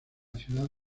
ciudad